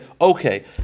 okay